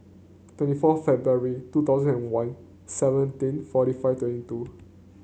twenty fourth February two thousand and one seventeen forty five twenty two